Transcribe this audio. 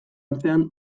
artean